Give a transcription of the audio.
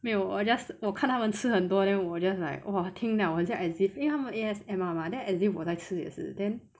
没有我 just 我看他们吃很多 then 我 just like 哇听了我好像 as if 因为他们 A_S_M_R mah then as if 我在吃也是 then